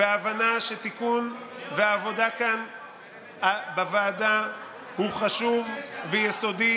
וההבנה שהתיקון והעבודה כאן בוועדה הם חשובים ויסודיים